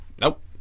nope